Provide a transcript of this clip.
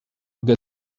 get